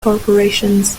corporations